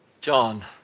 John